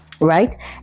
right